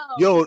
yo